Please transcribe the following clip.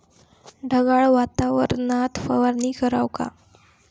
ढगाळ वातावरनात फवारनी कराव का?